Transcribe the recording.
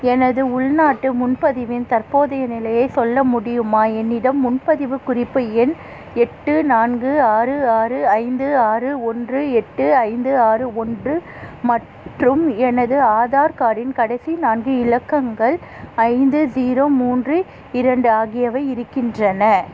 எனது உள்நாட்டு முன்பதிவின் தற்போதைய நிலையை சொல்ல முடியுமா என்னிடம் முன்பதிவு குறிப்பு எண் எட்டு நான்கு ஆறு ஆறு ஐந்து ஆறு ஒன்று எட்டு ஐந்து ஆறு ஒன்று மற்றும் எனது ஆதார் கார்டின் கடைசி நான்கு இலக்கங்கள் ஐந்து ஜீரோ மூன்று இரண்டு ஆகியவை இருக்கின்றன